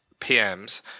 PMs